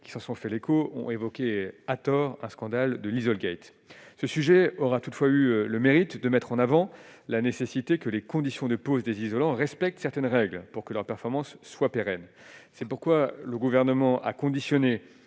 qui s'en sont fait l'écho, on évoqué à tort à scandale de l'isole Kate ce sujet aura toutefois eu le mérite de mettre en avant la nécessité que les conditions de pose des isolants respecte certaines règles pour que leurs performances soient pérennes, c'est pourquoi le gouvernement a conditionner